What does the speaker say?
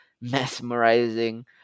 mesmerizing